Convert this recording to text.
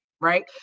right